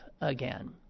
again